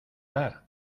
dar